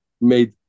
made